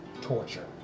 torture